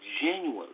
genuinely